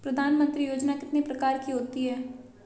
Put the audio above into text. प्रधानमंत्री योजना कितने प्रकार की होती है?